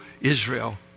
Israel